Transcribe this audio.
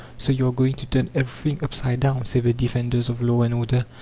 so you are going to turn everything upside down, say the defenders of law and order.